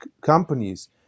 companies